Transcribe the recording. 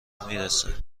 میرسه